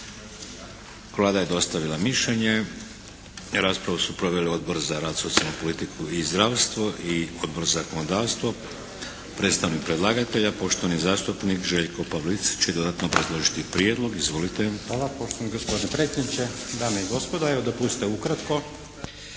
Hvala. Poštovani gospodine predsjedniče, dame i gospodo. Evo dopustite ukratko.